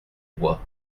bois